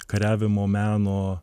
kariavimo meno